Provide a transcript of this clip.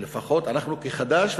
לפחות אנחנו כחד"ש,